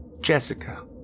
Jessica